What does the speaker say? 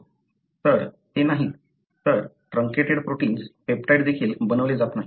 तर ते नाहीत तर ट्रांकेटेड प्रोटिन्स पेप्टाइड देखील बनवले जात नाहीत